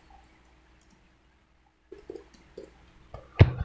ya